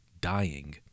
dying